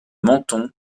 menton